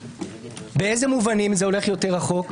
באיזה מובנים זה הולך יותר רחוק?